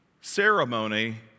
ceremony